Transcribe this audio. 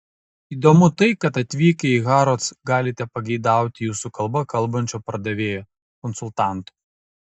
įdomu tai kad atvykę į harrods galite pageidauti jūsų kalba kalbančio pardavėjo konsultanto